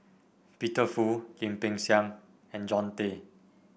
Peter Fu Lim Peng Siang and Jean Tay